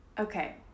Okay